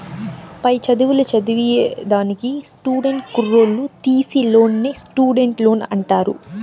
పై చదువులు చదివేదానికి స్టూడెంట్ కుర్రోల్లు తీసీ లోన్నే స్టూడెంట్ లోన్ అంటారు